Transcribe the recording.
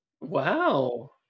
Wow